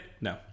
no